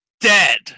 dead